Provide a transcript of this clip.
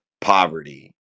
poverty